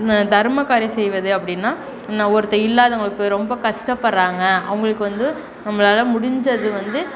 தர்ம காரியம் செய்வது அப்படின்னா ஒருத்தர் இல்லாதவங்களுக்கு ரொம்ப கஷ்டபடுறாங்க அவங்களுக்கு வந்து நம்மளால் முடிஞ்சது வந்து